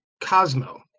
Cosmo